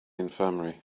infirmary